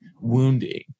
wounding